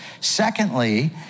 Secondly